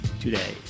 today